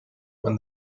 when